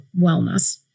wellness